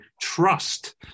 trust